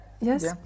yes